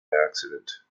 accident